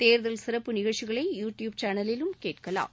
தேர்தல் சிறப்பு நிகழ்ச்சிகளை யு டியூப் சேனலிலும் கேட்கலாம்